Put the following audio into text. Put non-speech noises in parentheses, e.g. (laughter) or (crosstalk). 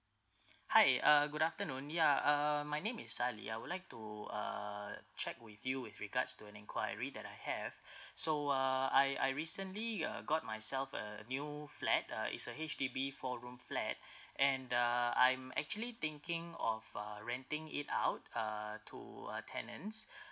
(breath) hi uh good afternoon ya uh my name is sali I would like to uh check with you with regards to an enquiry that I have (breath) so uh I I recently uh got myself a new flat uh it's a H_D_B four room flat (breath) and uh I'm actually thinking of uh renting it out uh to uh tenants (breath)